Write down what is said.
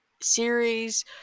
series